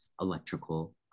electrical